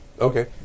Okay